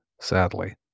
sadly